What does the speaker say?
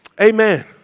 Amen